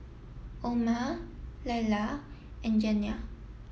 Oma Leila and Janiah